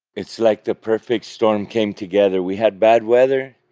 it's like the perfect storm came together. we had bad weather,